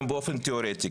באופן תאורטי,